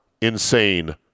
insane